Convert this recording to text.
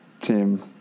team